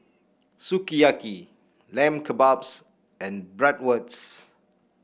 Sukiyaki Lamb Kebabs and Bratwurst